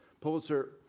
Pulitzer